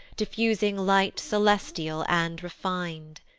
diffusing light celestial and refin'd.